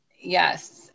Yes